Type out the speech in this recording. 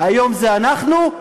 היום זה אנחנו,